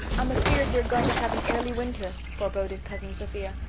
i'm afeared we're going to have an airly winter, foreboded cousin sophia.